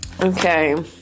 okay